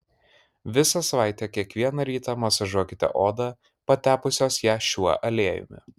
visą savaitę kiekvieną rytą masažuokite odą patepusios ją šiuo aliejumi